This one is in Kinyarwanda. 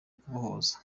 kubohoza